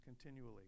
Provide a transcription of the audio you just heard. continually